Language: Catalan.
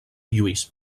lluís